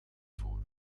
voor